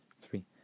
three